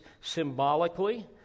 symbolically